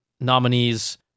nominees